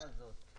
מעבר לזה,